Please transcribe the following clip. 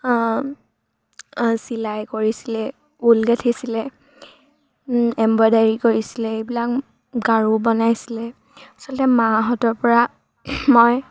চিলাই কৰিছিলে ঊল গাঠিছিলে এম্ব্ৰইডাৰী কৰিছিলে এইবিলাক গাৰু বনাইছিলে আচলতে মাহঁতৰ পৰা মই